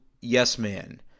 yes-man